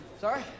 Sorry